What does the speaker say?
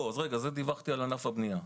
כעת דיווחתי על ענף הבנייה.